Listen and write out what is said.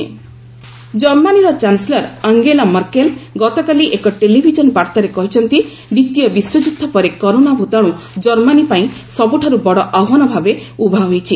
corona round up ଜର୍ମାନୀର chancellor Angela Merkel ଗତକାଲି ଏକ ଟେଲିଭିଜନ୍ ବାର୍ଭାରେ କହିଛନ୍ତି ଦ୍ୱିତୀୟ ବିଶ୍ୱଯୁଦ୍ଧ ପରେ କରୋନା ଭୂତାଣୁ ଜର୍ମାନୀ ପାଇଁ ସବୁଠାରୁ ବଡ଼ ଆହ୍ୱାନ ଭାବେ ଉଭା ହୋଇଛି